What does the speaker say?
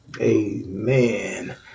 amen